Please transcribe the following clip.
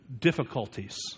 difficulties